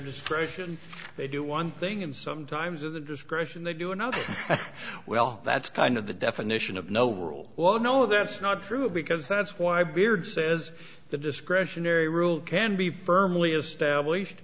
discretion they do one thing and sometimes of the discretion they do another well that's kind of the definition of no rule well no that's not true because that's why beard says the discretionary rule can be firmly established